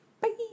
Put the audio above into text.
Bye